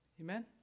Amen